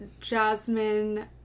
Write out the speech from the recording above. Jasmine